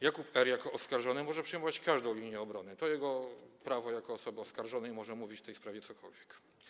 Jakub R. jako oskarżony może przyjmować każdą linię obrony, to jego prawo jako osoby oskarżonej, może mówić w tej sprawie cokolwiek.